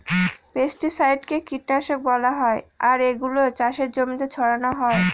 পেস্টিসাইডকে কীটনাশক বলা হয় আর এগুলা চাষের জমিতে ছড়ানো হয়